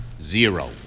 Zero